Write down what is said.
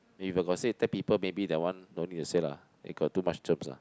if I got say ten people maybe that one no need to say lah they got too much germs lah